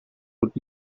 would